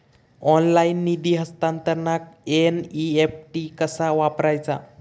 Online निधी हस्तांतरणाक NEFT कसा वापरायचा?